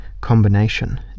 combination